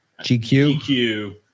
GQ